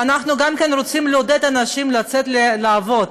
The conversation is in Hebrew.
ואנחנו גם רוצים לעודד אנשים לצאת לעבוד,